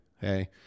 Hey